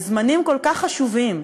בזמנים כל כך חשובים,